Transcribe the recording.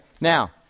now